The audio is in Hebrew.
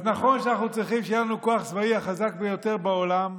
אז נכון שאנחנו צריכים שיהיה לנו כוח צבאי החזק ביותר בעולם,